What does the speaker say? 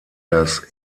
das